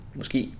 måske